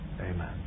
Amen